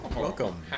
Welcome